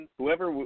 whoever